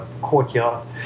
courtyard